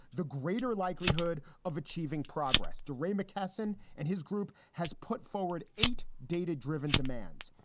the greater likelihood of achieving progress. deray mckesson and his group has put forward eight data driven demands.